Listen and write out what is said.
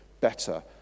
better